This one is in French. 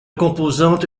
composante